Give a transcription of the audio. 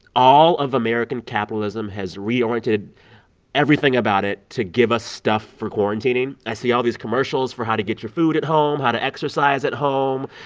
all of american capitalism has reoriented everything about it to give us stuff for quarantining. i see all these commercials for how to get your food at home, how to exercise at home,